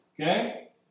Okay